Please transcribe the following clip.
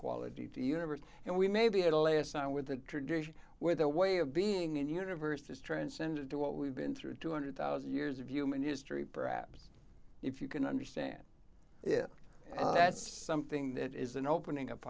the universe and we may be at a liaison with the tradition where the way of being in the universe is transcended to what we've been through two hundred thousand years of human history perhaps if you can understand it that's something that is an opening up